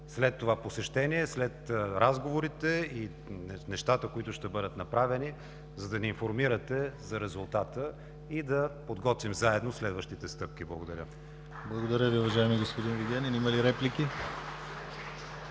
след това посещение, след разговорите и нещата, които ще бъдат направени, за да ни информирате за резултата и да подготвим заедно следващите стъпки. Благодаря. (Ръкопляскания от „БСП